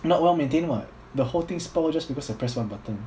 not well maintained [what] the whole thing spoil just because I press one button